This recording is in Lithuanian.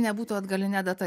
nebūtų atgaline data